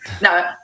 No